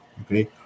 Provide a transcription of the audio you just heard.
okay